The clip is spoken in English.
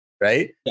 right